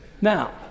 Now